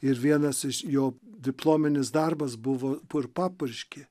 ir vienas iš jo diplominis darbas buvo kur papurški